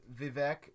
Vivek